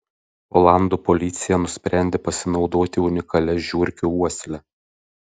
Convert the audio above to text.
olandų policija nusprendė pasinaudoti unikalia žiurkių uosle